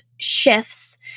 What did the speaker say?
shifts